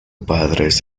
padres